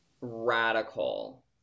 radical